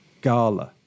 Gala